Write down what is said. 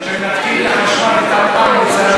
כשמנתקים את החשמל ואת המים,